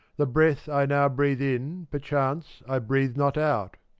the breath i now breathe in, perchance, i breathe not out.